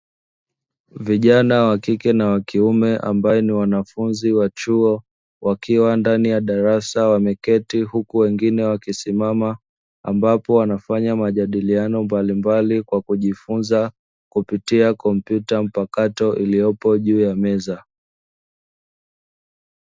Vijana wa kike na wa kiume, ambao ni wanafunzi wa chuo, wakiwa ndani ya darasa wameketi, huku wengine wakisimama, ambapo wanafanya majadiliano mbalimbali kwa kujifunza kupitia kompyuta mpakato iliyopo juu ya meza.